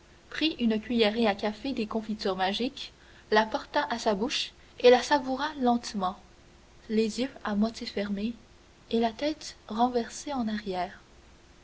prit une cuillerée à café des confitures magiques la porta à sa bouche et la savoura lentement les yeux à moitié fermés et la tête renversée en arrière